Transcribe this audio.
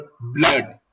blood